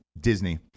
Disney